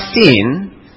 sin